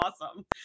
awesome